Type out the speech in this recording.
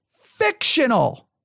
fictional